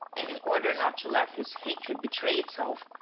and in order not to let his hatred betray itself,